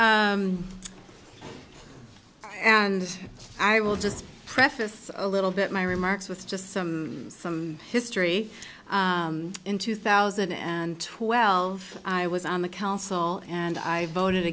yeah and i will just preface a little bit my remarks with just some some history in two thousand and twelve i was on the council and i voted